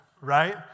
right